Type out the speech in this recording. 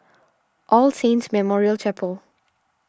All Saints Memorial Chapel